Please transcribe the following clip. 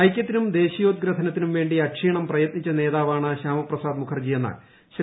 ഐക്യത്തിനും ദേശീയോദ്ഗ്രഥനത്തിനും വേണ്ടിട് അക്ഷീണം പ്രയത്നിച്ച നേതാവാണ് ശ്യാമപ്രസാദ് മുഖർജിയെന്ന് ശ്രീ